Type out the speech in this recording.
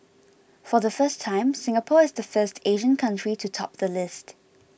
for the first time Singapore is the first Asian country to top the list